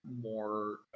more